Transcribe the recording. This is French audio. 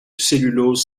cellulose